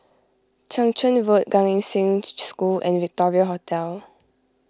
Chang Charn Road Gan Eng Seng School and Victoria Hotel